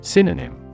Synonym